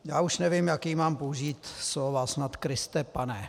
Já už nevím, jaká mám použít slova snad Kriste Pane!